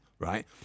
right